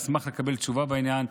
אשמח לקבל תשובה בעניין,